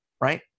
right